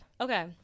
okay